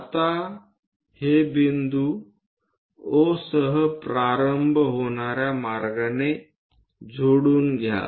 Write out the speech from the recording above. आता हे बिंदूं O सह प्रारंभ होणार्या मार्गाने जोडून घ्या